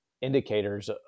indicators